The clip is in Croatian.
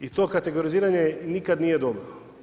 I to kategoriziranje, nikada nije dobro.